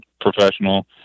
professional